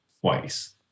twice